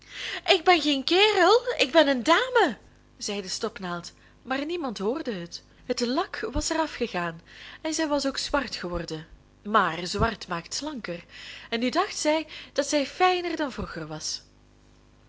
ik ben geen kerel ik ben een dame zei de stopnaald maar niemand hoorde het het lak was er afgegaan en zij was ook zwart geworden maar zwart maakt slanker en nu dacht zij dat zij fijner dan vroeger was